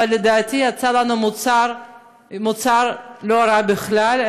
אבל לדעתי יצא לנו מוצר לא רע בכלל,